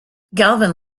galvin